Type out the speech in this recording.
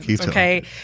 Okay